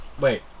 Wait